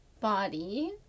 body